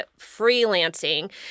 freelancing